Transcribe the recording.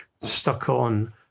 stuck-on